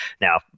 now